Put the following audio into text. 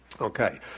Okay